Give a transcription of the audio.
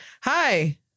Hi